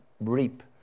reap